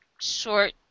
short